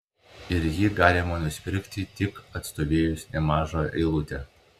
ir jį galima nusipirkti tik atstovėjus nemažą eilutę